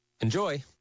Enjoy